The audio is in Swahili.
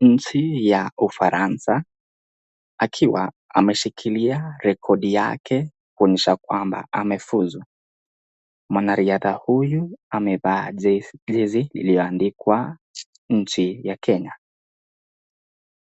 nchi ya ufaransa, akiwa ameshikilia rekodi yake kuonyesha kwamba amefuzu. Mwanariadha huyu amevaa jezi iliyoandikwa nchi ya Kenya.